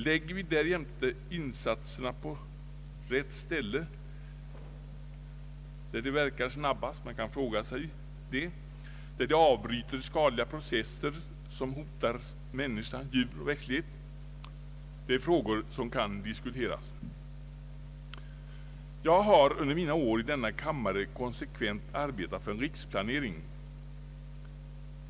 Lägger vi därjämte insatserna på rätt ställe, där de verkar snabbast, där de avbryter skadliga processer som hotar människa, djur och växtlighet? Det kan diskuteras. Jag har under mina år i denna kammare konsekvent arbetat för en riksplanering.